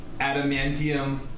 adamantium